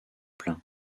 plein